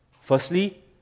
Firstly